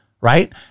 right